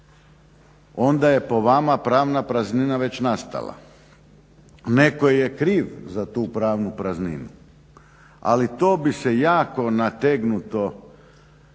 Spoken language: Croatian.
onda je po vama pravna praznina već nastala. Netko je kriv za tu pravnu prazninu, ali to bi se jako nategnuto